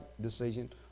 decision